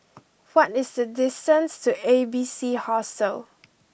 what is the distance to A B C Hostel